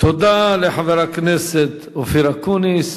תודה לחבר הכנסת אופיר אקוניס.